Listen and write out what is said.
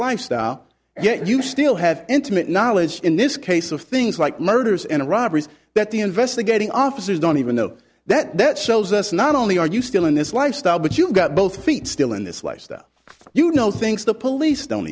yet you still have intimate knowledge in this case of things like murders and robberies that the investigating officers don't even know that that shows us not only are you still in this lifestyle but you've got both feet still in this lifestyle you know things the police don't